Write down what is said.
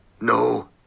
No